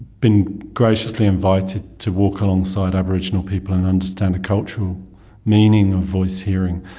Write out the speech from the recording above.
been graciously invited to walk alongside aboriginal people and understand a cultural meaning of voice-hearing.